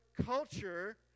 culture